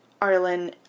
arlen